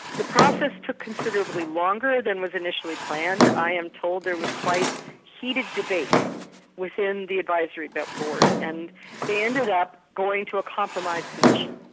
the process took considerably longer than was initially planned. i am told there was quite heated debate within the advisory but board and they ended up going to a compromise position.